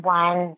one